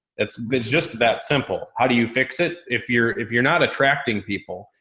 it's just that simple. how do you fix it? if you're, if you're not attracting people,